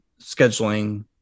scheduling